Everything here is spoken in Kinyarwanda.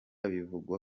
bivugwa